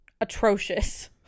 atrocious